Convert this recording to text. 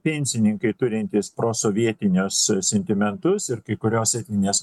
pensininkai turintys prosovietinius sentimentus ir kai kurios etninės